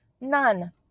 None